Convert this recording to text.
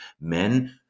Men